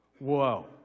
whoa